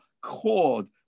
cord